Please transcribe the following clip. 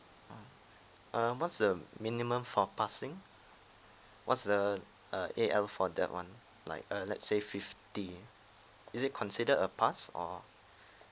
ah uh what's the minimum for passing what's the uh A_L for that one like uh let's say fifty is it consider a pass or